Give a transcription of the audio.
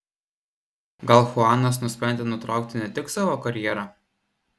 gal chuanas nusprendė nutraukti ne tik savo karjerą